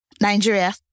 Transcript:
Nigeria